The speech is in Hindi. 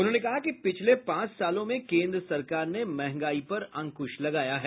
उन्होंने कहा कि पिछले पांच सालों में केन्द्र सरकार ने महंगाई पर अंकुश लगाया है